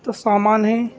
تو سامان ہیں